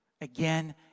again